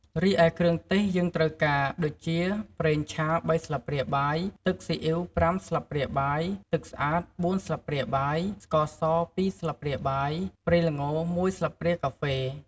រីឯ គ្រឿងទេសយើងត្រូវការ ដូចជា ប្រេងឆា ៣ ស្លាបព្រាបាយ ទឹកស៊ីអុីវ ៥ ស្លាបព្រាបាយ, ទឹកស្អាត ៤ ស្លាបព្រាបាយ, ស្ករស ២ ស្លាបព្រាបាយ , ប្រេងល្ង ១ ស្លាបព្រាកាហ្វេ។